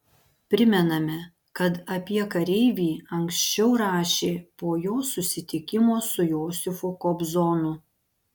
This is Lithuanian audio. primename kad apie kareivį anksčiau rašė po jo susitikimo su josifu kobzonu